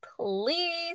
please